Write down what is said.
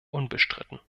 unbestritten